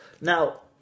Now